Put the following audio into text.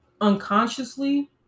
unconsciously